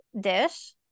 dish